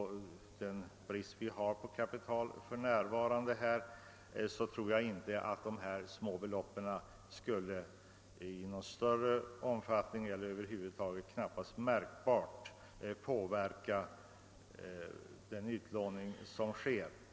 Även om vi har brist på kapital för närvarande tror jag inte att dessa små belopp märkbart skulle påverka den utlåning som görs.